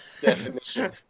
Definition